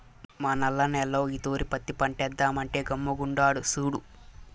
మా నల్ల నేల్లో ఈ తూరి పత్తి పంటేద్దామంటే గమ్ముగుండాడు సూడు